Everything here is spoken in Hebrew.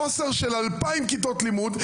חוסר של 2,000 כיתות לימוד.